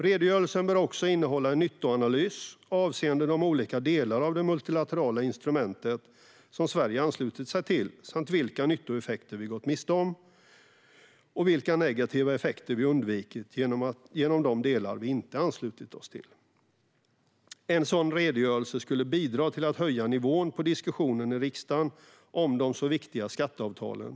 Redogörelsen bör också innehålla en nyttoanalys avseende de olika delar av det multilaterala instrumentet som Sverige anslutit sig till samt vilka nyttoeffekter vi gått miste om och vilka negativa effekter vi undvikit genom de delar vi inte har anslutit oss till. En sådan redogörelse skulle bidra till att höja nivån på diskussionen i riksdagen om de så viktiga skatteavtalen.